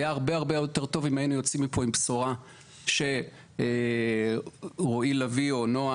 היה הרבה יותר טוב אם היינו יוצאים מפה עם בשורה שרועי לביא או נעה